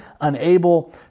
unable